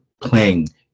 playing